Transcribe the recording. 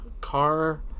car